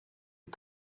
est